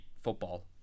football